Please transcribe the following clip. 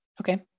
Okay